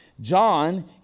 John